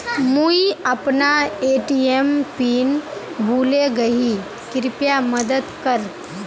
मुई अपना ATM PIN भूले गही कृप्या मदद कर